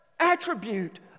attribute